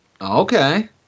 Okay